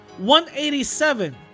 187